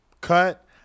cut